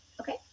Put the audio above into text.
Okay